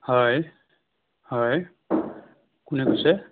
হয় হয় কোনে কৈছে